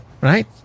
right